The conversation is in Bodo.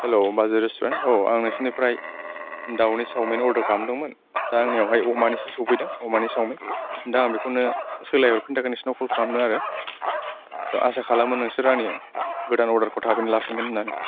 हेल्ल' बाजै रेस्टुरेन्ट औ आं नोंसोरनिफ्राय दावनि चावमिन अर्डार खालामदोंमोन दा आंनियावहाय अमानिसो सफैदों अमानि चावमिन दा आं बेखौनो सोलायहरफिननो थाखाय नोंसोरनाव कल खालामदों आरो स आसा खालामो नोंसोर आंनि गोदान अर्डारखौ थाबैनो लाफिनगोन होननानै